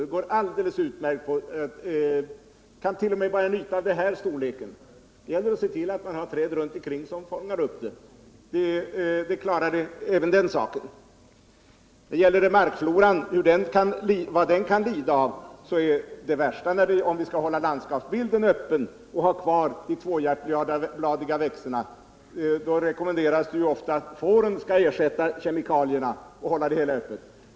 Det går alldeles utmärkt att bespruta mycket små ytor. Det gäller bara att se till att man har träd runt omkring det besprutade området, som fångar upp bekämpningsmedlet. Då klarar man även den saken. Om vi skall ha landskapsbilden öppen och ha kvar de tvåhjärtbladiga växterna rekommenderas ofta att fåren skall ersätta kemikalierna.